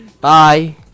Bye